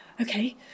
okay